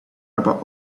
about